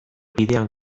bidean